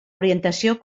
orientació